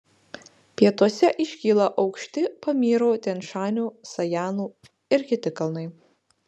pietuose iškyla aukšti pamyro tian šanio sajanų ir kiti kalnai